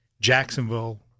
Jacksonville